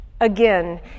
again